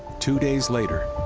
two days later,